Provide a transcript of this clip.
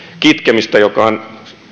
kitkemistä joka on